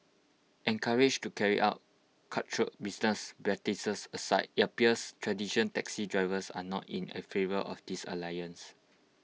encouraged to carry out cutthroat business practices aside IT appears traditional taxi drivers are not in A favour of this alliance